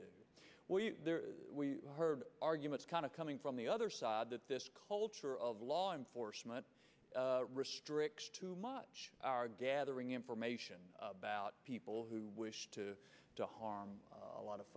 what we heard arguments kind of coming from the other side that this culture of law enforcement restricts too much are gathering information about people who wish to to harm a lot of